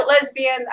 lesbian